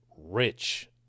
rich